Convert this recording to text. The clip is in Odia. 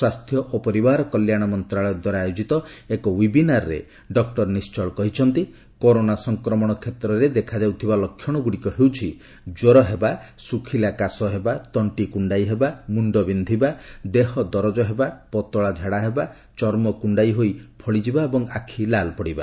ସ୍ୱାସ୍ଥ୍ୟ ଓ ପରିବାର କଲ୍ୟାଣ ମନ୍ତ୍ରଣାଳୟ ଦ୍ୱାରା ଆୟୋଜିତ ଏକ ଓ୍ୱେବିନାରରେ ଡକ୍କର ନିଶ୍ଚଳ କହିଛନ୍ତି କରୋନା ସଂକ୍ରମଣ କ୍ଷେତ୍ରରେ ଦେଖାଯାଉଥିବା ଲକ୍ଷଣ ଗୁଡ଼ିକ ହେଉଛି ଜ୍ୱର ଶୁଖିଲା କାସ ତଣ୍ଟି କୁଣ୍ଡାଇ ହେବା ମୁଣ୍ଡ ବିନ୍ଧିବା ଦେହ ଦରଜ ହେବା ପତଳା ଝାଡ଼ା ଚର୍ମ କୁଣ୍ଡାଇ ହୋଇ ଫଳିଯିବା ଏବଂ ଆଖି ଲାଲ ପଡ଼ିବା